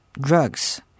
Drugs